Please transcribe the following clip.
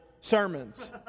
sermons